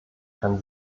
kann